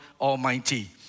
Almighty